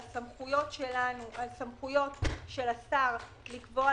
זה מה שנעשה בפועל